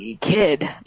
kid